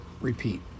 repeat